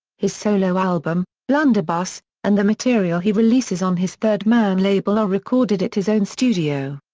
his solo album, blunderbuss, and the material he releases on his third man label are recorded at his own studio.